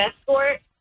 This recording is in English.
Escort